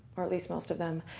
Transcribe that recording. or at least most of them.